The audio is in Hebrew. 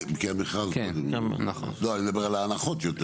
אני מדבר על ההנחות.